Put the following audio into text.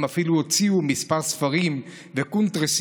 הם אפילו הוציאו כמה ספרים וקונטרסים,